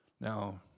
Now